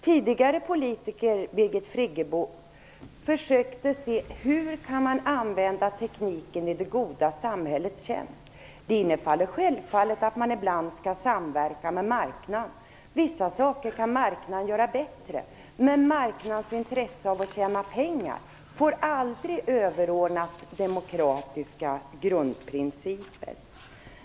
Tidigare politiker försökte, Birgit Friggebo, se hur man kan använda tekniken i det goda samhällets tjänst. Det innebär självfallet att man ibland skall samverka med marknaden. Vissa saker kan marknaden göra bättre, men marknadens intresse av att tjäna pengar får aldrig överordnas demokratiska grundprinciper.